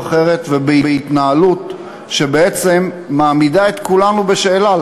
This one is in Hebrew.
אחרת ובהתנהלות שבעצם מעמידה את כולנו בשאלה,